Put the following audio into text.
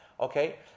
Okay